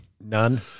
None